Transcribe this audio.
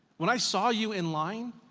when i saw you in line,